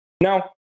Now